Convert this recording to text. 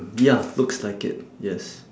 ya looks like it yes